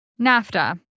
NAFTA